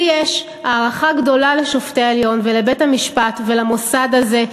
לי יש הערכה גדולה לשופטי העליון ולבית-המשפט ולמוסד הזה,